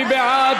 מרב,